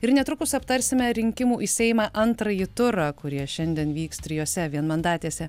ir netrukus aptarsime rinkimų į seimą antrąjį turą kurie šiandien vyks trijose vienmandatėse